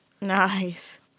Nice